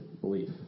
belief